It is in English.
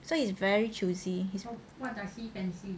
so he's very choosy